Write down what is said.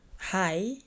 Hi